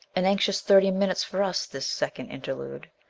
an anxious thirty minutes for us, this second interlude.